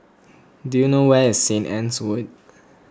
do you know where is Saint Anne's Wood